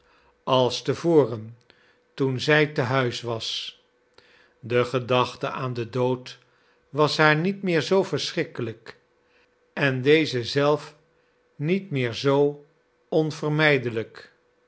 als te voren toen zij te huis was de gedachte aan den dood was haar niet meer zoo verschrikkelijk en deze zelf niet meer zoo onvermijdelijk